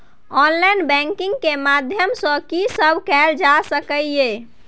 Online banking के माध्यम सं की सब कैल जा सके ये?